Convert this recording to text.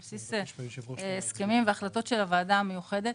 על בסיס הסכמים והחלטות של הוועדה המיוחדת.